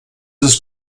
des